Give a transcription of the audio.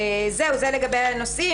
זה לגבי הנושאים.